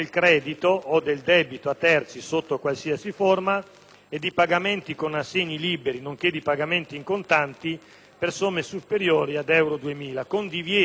e di pagamenti con assegni liberi, nonché di pagamenti in contanti per somme superiori ad euro 2.000, con divieto di frazionare i pagamenti di operazioni unitarie.